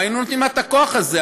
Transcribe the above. היינו נותנים לה את הכוח הזה.